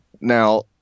now